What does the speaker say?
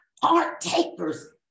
partakers